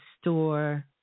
store